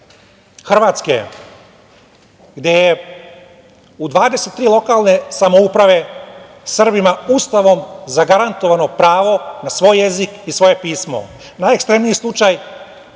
Hrvatske, gde je u 23. lokalne samouprave Srbima Ustavom zagarantovano pravo na svoj jezik i svoje pismo. Najekstremniji slučaj